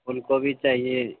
फूल गोभी चाहिए